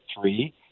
three